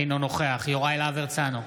אינו נוכח יוראי להב הרצנו,